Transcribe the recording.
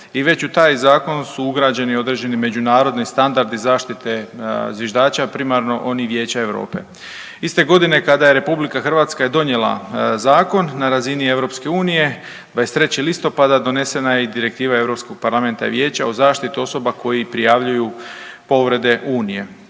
i već u taj zakon su ugrađeni određeni međunarodni standardi zaštite zviždača primarno oni Vijeća Europe. Iste godine kada je Republika Hrvatska donijela zakon na razini EU 23. listopada donesena je i Direktiva Europskog parlamenta i Vijeća o zaštiti osoba koji prijavljuju povrede Unije.